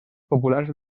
populars